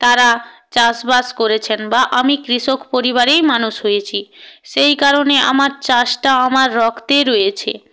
তারা চাষবাস করেছেন বা আমি কৃষক পরিবারেই মানুষ হয়েছি সেই কারণে আমার চাষটা আমার রক্তে রয়েছে